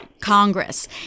Congress